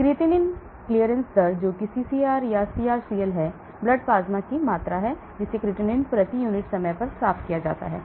creatinine clearance दर जो कि CCR या CrCl है ब्लड प्लाज्मा की मात्रा है जिसे क्रिएटिनिन प्रति यूनिट समय पर साफ किया जाता है